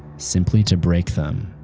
simply to break them.